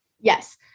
Yes